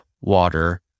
water